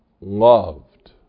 loved